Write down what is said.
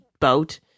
boat